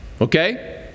Okay